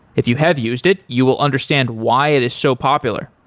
if you have used it, you will understand why it is so popular.